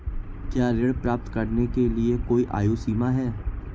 क्या ऋण प्राप्त करने के लिए कोई आयु सीमा है?